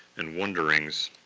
and wonderings.